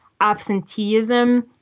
absenteeism